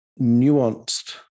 nuanced